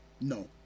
No